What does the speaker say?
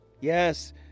Yes